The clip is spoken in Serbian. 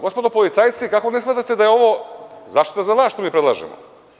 Gospodo policajci, kako mislite da je ovo, zašto za vas nešto ne predlažemo.